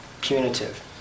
punitive